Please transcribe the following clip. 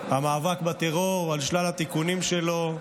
המאבק בטרור, על שלל התיקונים שלו,